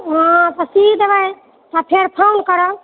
हँ तऽ सी देबए तऽ फेर फोन करब